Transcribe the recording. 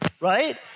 right